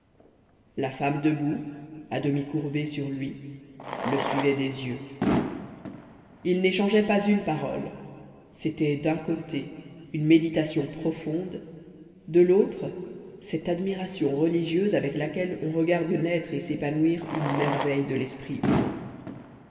la femme debout à demi courbée sur lui le suivait des yeux ils n'échangeaient pas une parole c'était d'un côté une méditation profonde de l'autre cette admiration religieuse avec laquelle on regarde naître et s'épanouir une merveille de l'esprit humain